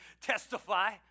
testify